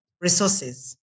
resources